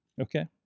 Okay